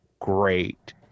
great